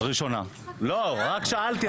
רק שאלתי.